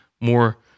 more